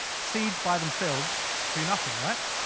seeds by themselves do nothing, right?